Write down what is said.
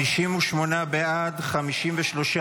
בוז,